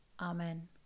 Amen